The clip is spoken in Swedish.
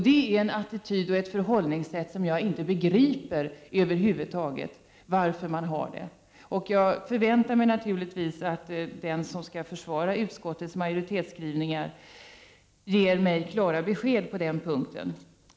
Det är en attityd och ett förhållningssätt som jag över huvud taget inte förstår. Jag förväntar mig naturligtvis att den som skall försvara utskottets majoritetsskrivningar ger mig klara besked på den punkten.